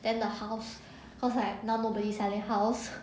then the house cause like now nobody selling house